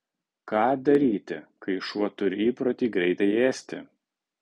ką daryti kai šuo turi įprotį greitai ėsti